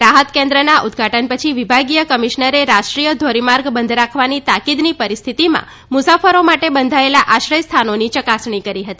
રાહત કેન્દ્રના ઉદઘાટન પછી વિભાગીય કમિશનરે રાષ્ટ્રીય ધોરીમાર્ગ બંધ રાખવાની તાકિદની પરિસ્થિતિમાં મુસાફરો માટે બંધાયેલા આશ્રય સ્થાનોની ચકાસણી કરી હતી